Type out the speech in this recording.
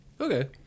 Okay